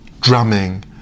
drumming